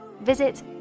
Visit